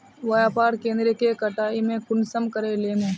व्यापार केन्द्र के कटाई में कुंसम करे लेमु?